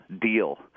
deal